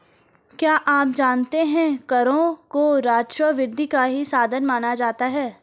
क्या आप जानते है करों को राजस्व वृद्धि का ही साधन माना जाता है?